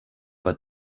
but